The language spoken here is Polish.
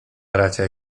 bracia